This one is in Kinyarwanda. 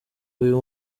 uyu